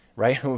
Right